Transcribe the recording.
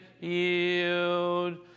yield